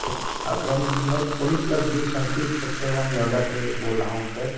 اکرم میں poly plus B سینتیس sector one Noida سے بول رہا ہوں سر